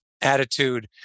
attitude